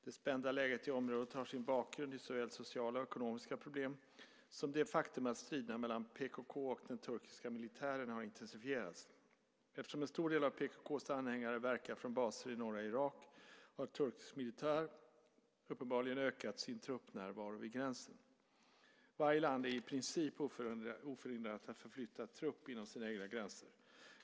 Det spända läget i området har sin bakgrund i såväl sociala och ekonomiska problem, som det faktum att striderna mellan PKK och den turkiska militären har intensifierats. Eftersom en stor del av PKK:s anhängare verkar från baser i norra Irak har turkisk militär uppenbarligen ökat sin truppnärvaro vid gränsen. Varje land är i princip oförhindrat att förflytta trupp inom sina egna gränser.